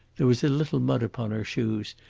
there was a little mud upon her shoes,